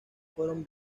fueron